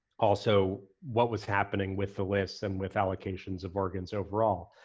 also what was happening with the lists and with allocations of organs overall.